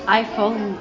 iPhone